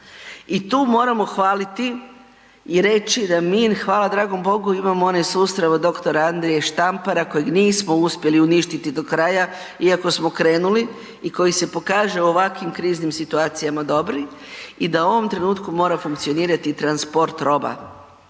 I tu moramo hvaliti i reći da mi hvala dragom Bogu imamo onaj sustav od Dr. Andrije Štampara kojeg nismo uspjeli uništiti do kraja iako smo krenuli i koji se pokaže u ovakvim kriznim situacijama dobri i da u ovom trenutku mora funkcionirati transport roba.